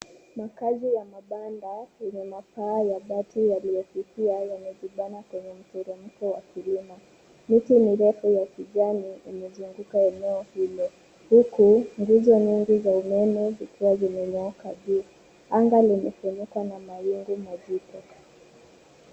Makazi ya mabanda yenye mapaa ya bati yaliyofikia yamejibana kwenye mteremko wa kilima. Miti mirefu ya kijani imejianika eneo hilo huku nguzo nyingi za umeme zikiwa zimenyooka juu. Anga limefunikwa ma mawingu mazito.